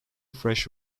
fresh